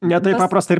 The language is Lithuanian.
ne taip paprasta ir